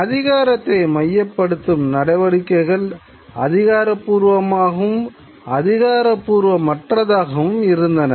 அதிகாரத்தை மையமயப்படுத்தும் நடடிக்கைகள் அதிகாரப்பூர்வமாகவும் அதிகாரப்பூர்வமற்றதாகவும் இருந்தன